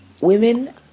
Women